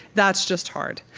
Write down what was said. that's just hard.